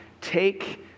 Take